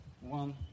one